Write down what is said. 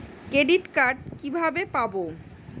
Credit card কিভাবে পাব?